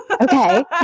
Okay